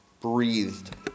breathed